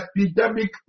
Epidemic